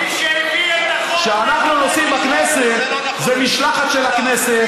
מי שהביא את החוק כשאנחנו נוסעים בכנסת זה משלחת של הכנסת,